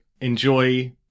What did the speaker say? enjoy